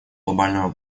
глобального